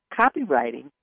copywriting